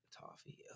Toffee